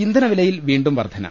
ഇന്ധനവിലയിൽ വീണ്ടും വർധന